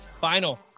Final